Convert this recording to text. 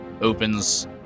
Opens